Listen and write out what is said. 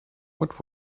what